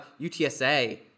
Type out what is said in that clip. UTSA